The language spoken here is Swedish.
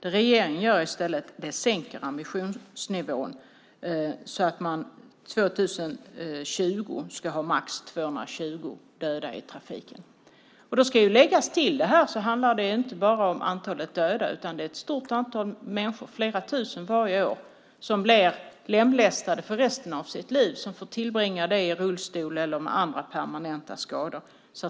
I stället sänker regeringen ambitionsnivån så att det till 2020 ska vara max 220 döda i trafiken. Det handlar inte bara om antalet döda utan det är också fråga om ett stort antal människor, flera tusen varje år, som blir lemlästade för resten av sina liv, får tillbringa sina liv i rullstol eller med andra permanenta skador.